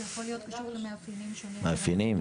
זה יכול להיות קשור למאפיינים שונים של המבוטחים.